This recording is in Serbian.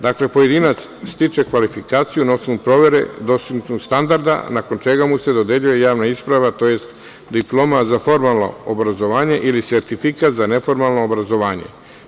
Dakle, pojedinac stiče kvalifikaciju na osnovu provere dostignutog standarda, nakon čega mu se dodeljuje javna isprava, tj. diploma za formalno obrazovanje ili sertifikat za neformalno obrazovanje.